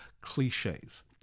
cliches